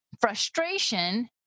frustration